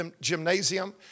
gymnasium